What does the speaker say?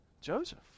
Joseph